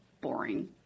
boring